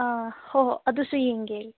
ꯑꯥ ꯍꯣ ꯍꯣ ꯑꯗꯨꯁꯨ ꯌꯦꯡꯒꯦ